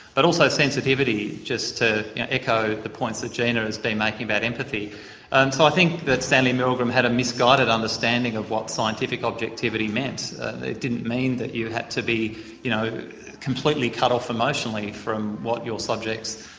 but also sensitivity just to echo the points that gina has been making about empathy and so i think that stanley milgram had a misguided understanding of what scientific objectivity meant. it didn't mean that you had to be you know completely cut of emotionally from what your subjects,